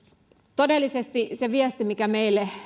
todellisuudessa se viesti